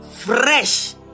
Fresh